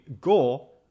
goal